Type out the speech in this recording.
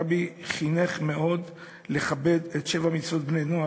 הרבי חינך לכבד מאוד את שבע מצוות בני נח,